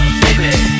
baby